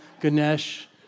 Ganesh